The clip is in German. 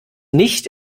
nicht